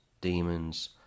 demons